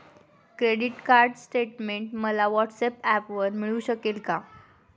Credit card statement मला व्हॉट्सऍपवर मिळू शकेल का?